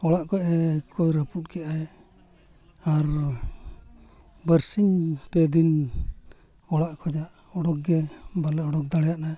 ᱚᱲᱟᱜ ᱠᱚᱭ ᱨᱟᱹᱯᱩᱫ ᱠᱮᱜ ᱟᱭ ᱟᱨ ᱵᱟᱨᱥᱤᱧ ᱯᱮ ᱫᱤᱱ ᱚᱲᱟᱜ ᱠᱷᱚᱭᱟᱜ ᱩᱰᱩᱠ ᱜᱮ ᱵᱟᱞᱮ ᱩᱰᱩᱠ ᱫᱟᱲᱮᱭᱟᱫᱟ